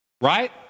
Right